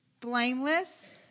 blameless